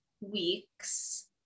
weeks